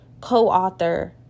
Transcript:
co-author